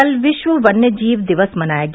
कल विश्व वन्यजीव दिवस मनाया गया